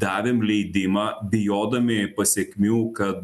davėm leidimą bijodami pasekmių kad